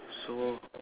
so